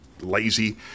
lazy